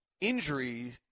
injury